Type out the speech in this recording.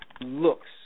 looks